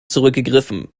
zurückgegriffen